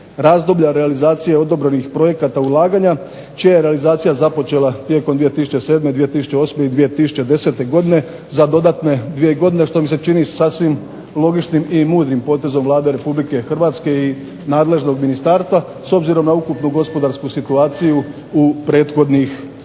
razdoblja realizacije odobrenih projekata ulaganja, čija je realizacija započela tijekom 2007., 2008. i 2010. godine za dodatne dvije godine, što mi se čini sasvim logičnim i mudrim potezom Vlade Republike Hrvatske i nadležnog ministarstva, s obzirom na ukupnu gospodarsku situaciju u prethodnih nekoliko